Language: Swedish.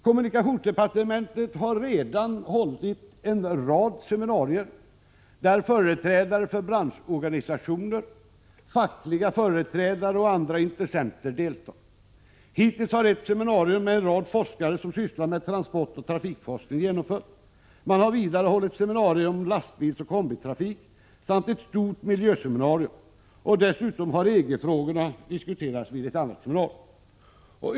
Kommunikationsdepartementet har redan hållit en rad seminarier, där företrädare för branschorganisationer, fackliga företrädare och andra intressenter deltagit. Hittills har ett seminarium med en rad forskare som sysslar med transportoch trafikforskning genomförts. Man har vidare hållit seminarium om lastbilsoch kombitrafik samt ett stort miljöseminarium. Dessutom har EG-frågorna diskuterats vid ett seminarium.